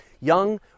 Young